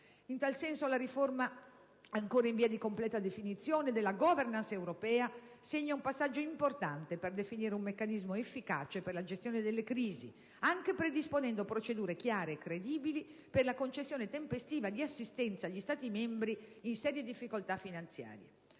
In tal senso, la riforma ancora in via di completa definizione della *governance* europea segna un passaggio importante per definire un meccanismo efficace per la gestione delle crisi, anche predisponendo procedure chiare e credibili per la concessione tempestiva di assistenza agli Stati membri in serie difficoltà finanziarie.